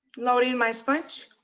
loading my sponge.